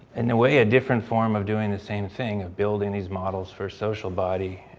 in a way, a different form of doing the same thing of building these models for social body